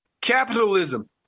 capitalism